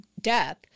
death